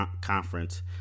conference